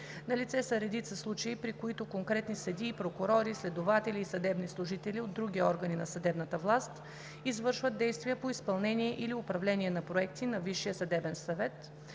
Налице са редица случаи, при които конкретни съдии, прокурори, следователи и съдебни служители от други органи на съдебната власт извършват действия по изпълнение или управление на проекти на Висшия съдебен съвет,